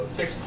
six